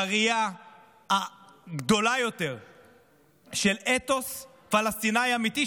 בראייה הגדולה יותר של אתוס פלסטיני אמיתי,